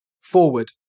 forward